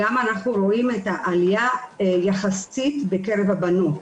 ואנחנו גם רואים את העלייה היחסית בקרב בנות.